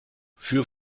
für